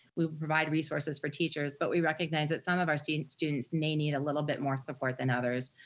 we provide resources for teachers, but we recognize that some of our students students may need a little bit more support than others.